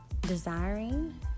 desiring